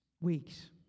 weeks